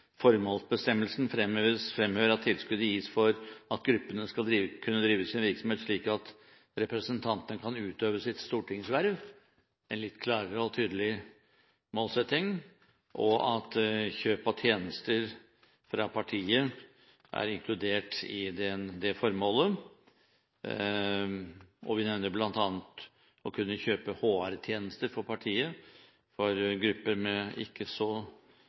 Formålsbestemmelsen fremhever at tilskuddet gis for at gruppene skal kunne drive sin virksomhet slik at representantene kan utøve sitt stortingsverv – det er en litt klarere og tydeligere målsetting – og at kjøp av tjenester fra partiet er inkludert i det formålet. Vi nevner bl.a. å kunne kjøpe HR-tjenester fra partiet for grupper med ikke så